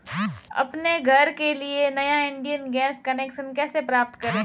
अपने घर के लिए नया इंडियन गैस कनेक्शन कैसे प्राप्त करें?